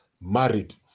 married